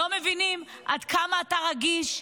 לא מבינים עד כמה אתה רגיש,